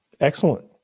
Excellent